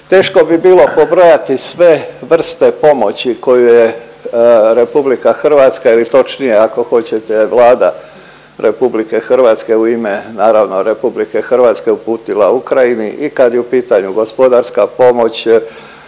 Teško bi bilo pobrojati sve vrste pomoći koju je RH ili točnije ako hoćete Vlada RH u ime naravno RH uputila Ukrajini i kad je u pitanju gospodarska pomoć,